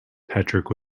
patrick